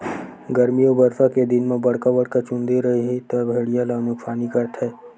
गरमी अउ बरसा के दिन म बड़का बड़का चूंदी रइही त भेड़िया ल नुकसानी करथे